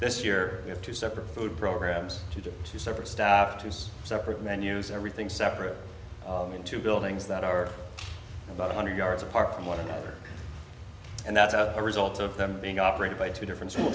this year you have two separate food programs to do two separate staff to use separate menus everything separate into buildings that are about one hundred yards apart from one another and that's a result of them being operated by two different school